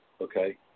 Okay